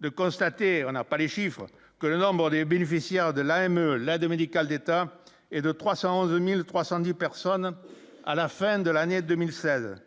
de constater, on n'a pas les chiffres que le nombre des bénéficiaires de l'AME l'aide médicale d'État et de 311310 personnes à la fin de l'année 2016,